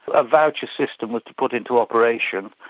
a voucher system was put into operation.